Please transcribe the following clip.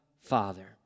Father